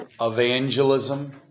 evangelism